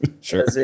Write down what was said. Sure